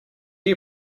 you